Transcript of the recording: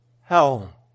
hell